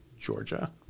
Georgia